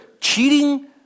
cheating